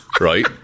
right